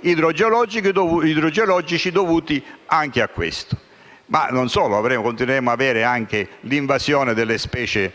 idrogeologici dovuti anche a questo. Non solo, continueremmo ad avere anche l'invasione delle specie